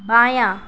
بایاں